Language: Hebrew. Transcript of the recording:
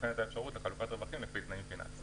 נבחנת האפשרות לחלוקת רווחים לפי תנאים פיננסים.